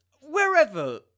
wherever